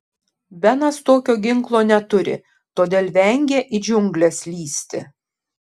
benas tokio ginklo neturi todėl vengia į džiungles lįsti